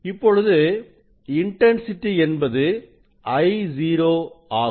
இப்பொழுது இன்டன்சிட்டி என்பது Io ஆகும்